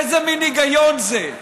איזה מין היגיון זה?